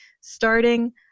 starting